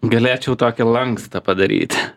galėčiau tokį lankstą padaryti